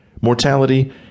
Mortality